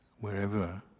wherever